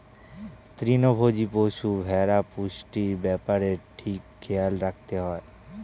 তৃণভোজী পশু, ভেড়ার পুষ্টির ব্যাপারে ঠিক খেয়াল রাখতে হয়